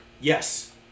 Yes